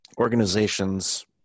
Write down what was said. organizations